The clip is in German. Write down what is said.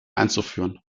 einzuführen